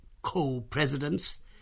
co-presidents